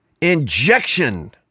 injection